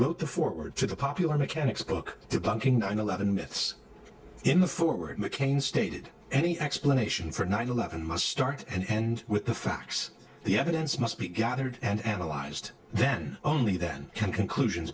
the foreword to the popular mechanics book debunking nine eleven myths in the forward mccain stated any explanation for nine eleven must start and end with the facts the evidence must be gathered and analyzed then only then can conclusions